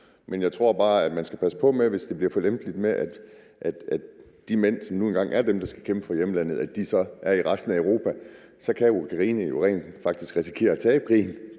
det bliver for lempeligt, med, at de mænd, som nu engang er dem, der skal kæmpe for hjemlandet, så er i resten af Europa. Så kan Ukraine jo rent faktisk risikere at tabe krigen,